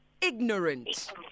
Ignorant